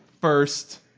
first